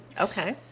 Okay